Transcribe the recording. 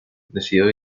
decidió